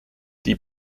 die